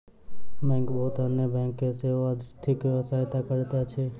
bank बहुत अन्य bank के सेहो आर्थिक सहायता करैत अछि